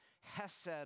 Hesed